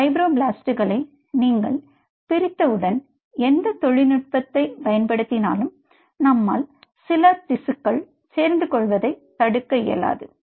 ஃபைப்ரோபிளாஸ்ட்களை நீங்கள் பிரித்தவுடன் எந்த தொழில்நுட்பத்தை பயன்படுத்தினாலும் நம்மால் சில திசுக்கள் சேர்ந்து கொள்வதை தடுக்க இயலாது